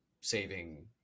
saving